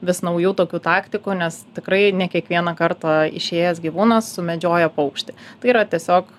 vis naujų tokių taktikų nes tikrai ne kiekvieną kartą išėjęs gyvūnas sumedžioja paukštį tai yra tiesiog